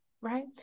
right